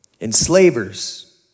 enslavers